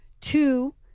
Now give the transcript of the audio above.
Two